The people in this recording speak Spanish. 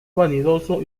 vanidoso